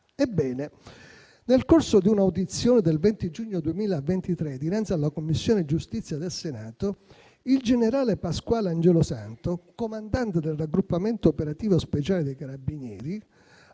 Ebbene, nel corso di un'audizione del 20 giugno 2023 dinanzi alla Commissione giustizia del Senato, il generale Pasquale Angelosanto, comandante del Raggruppamento operativo speciale dei Carabinieri,